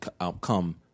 outcome